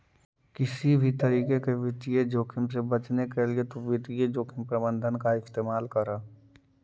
किसी भी तरीके के वित्तीय जोखिम से बचने के लिए तु वित्तीय जोखिम प्रबंधन का इस्तेमाल करअ